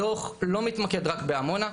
הדוח לא מתמקד רק בעמונה,